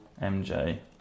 MJ